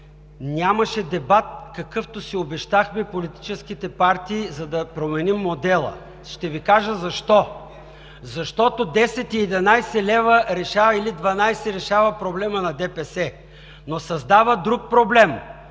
нямаше дебат, какъвто си обещахме политическите партии, за да променим модела. Ще Ви кажа защо. Защото 10, 11 или 12 лв. решава проблема на ДПС, но създава друг проблем